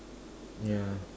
yeah